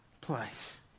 place